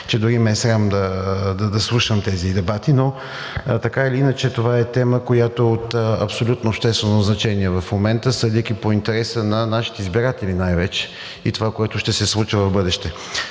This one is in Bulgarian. че дори ме е срам да слушам тези дебати. Но така или иначе, това е тема, която е от абсолютно обществено значение в момента, съдейки по интереса на нашите избиратели, най-вече и това, което ще се случва в бъдеще.